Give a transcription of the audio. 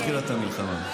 מתחילת המלחמה.